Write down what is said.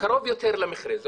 קרוב יותר למכרה.